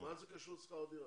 מה זה קשור שכר דירה?